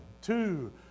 two